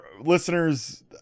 listeners